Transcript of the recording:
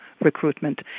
recruitment